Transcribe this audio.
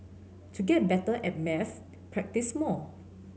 to get better at maths practise more